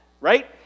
Right